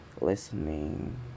listening